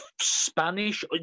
Spanish